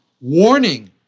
warning